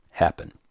happen